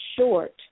short